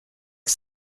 que